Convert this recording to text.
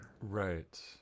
Right